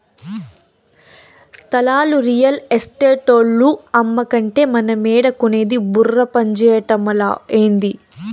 స్థలాలు రియల్ ఎస్టేటోల్లు అమ్మకంటే మనమేడ కొనేది బుర్ర పంజేయటమలా, ఏంది